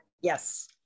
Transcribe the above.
yes